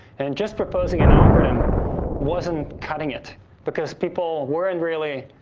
and just proposing an algorithm wasn't cutting it because people weren't really